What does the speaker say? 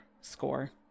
score